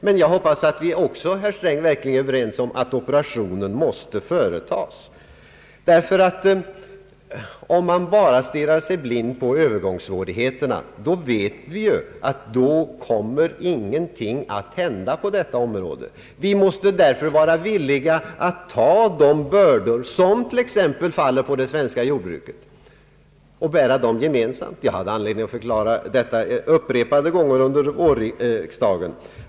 Men jag hoppas, herr Sträng, att vi också är överens om att operationen måste företas. Om man bara stirrar sig blind på övergångssvårigheterna, vet vi ju att ingenting kommer att hända på detta område. Vi måste därför vara villiga att ta de bördor som t.ex. faller på det svenska jordbruket och bära dem gemensamt. Jag hade anledning att upprepade gånger förklara detta under vårriksdagen.